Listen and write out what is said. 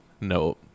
No